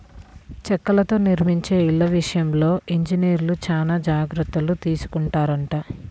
చెక్కలతో నిర్మించే ఇళ్ళ విషయంలో ఇంజనీర్లు చానా జాగర్తలు తీసుకొంటారంట